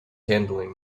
handling